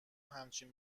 همچین